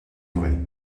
vrai